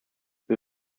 wir